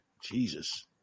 Jesus